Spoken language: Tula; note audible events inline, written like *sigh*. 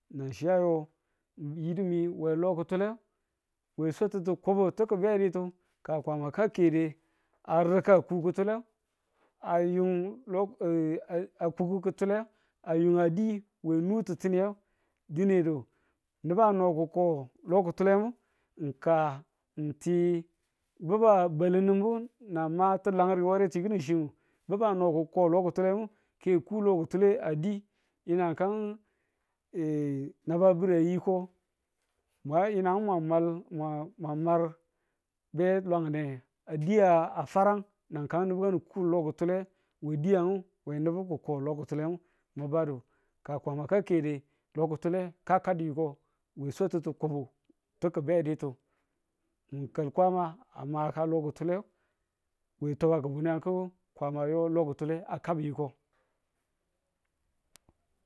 nan chi ayo miyedu mi we lo kutule, we swatutu kobotu ki̱ bedutu, ka kwama ka kade a rika ku kutulen a yung lo *hesitation* a kuku kutule a yung a di we nu ti̱ttiniye dine do nubu a no ki̱ ko lo kutulemu. ng ka ng ti nubu a balemmubu, na ma ti̱lanritu ware ti ki̱nin chiyu bubbu a no ki̱ko lokutulemu ke a ko lo kutule a di yinang kang *hesitation* naba bi̱ri a yiko bwa yinang mwa mwal mwa mwa mwal be lware a diya a farang nan kan nubu nu ku lokutule we diyan we nubu ku ko lokutulemu. nubudu, ka Kwama ka keye lo kutule ka kadi yiko we swatutu kobu ti̱ ki̱beditu ng kal Kwama a maka lo kutule we twabaku bwuniyang ku kwama a yo lo kutule a kabi yiko.